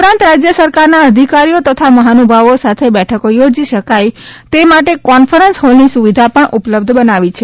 ઉપરાંત રાજ્ય સરકારના અધિકારીઓ તથા મહાનુભાવો સાથે બેઠકો યોજી શકાય તે માટે કોન્ફરન્સ હૉલની સુવિધા પણ ઉપલબ્ધ બનાવી છે